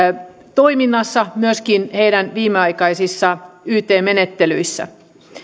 toiminnassa heidän viimeaikaisissa yt menettelyissään